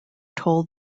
told